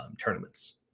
tournaments